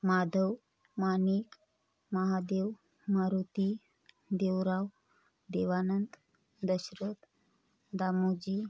Madhav Manik Mahadev Maruti Devrao Devanand Dasharath Damoji